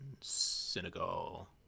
Senegal